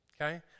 okay